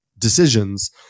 Decisions